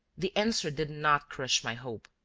the answer did not crush my hope.